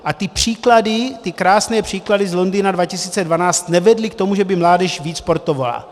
A ty příklady, ty krásné příklady z Londýna 2012 nevedly k tomu, že by mládež víc sportovala.